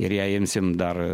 ir jei imsim dar